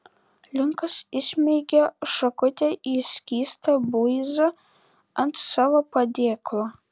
linkas įsmeigė šakutę į skystą buizą ant savo padėklo